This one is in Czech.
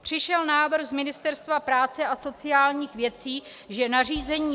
Přišel návrh z Ministerstva práce a sociálních věcí, že nařízení vlády